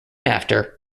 after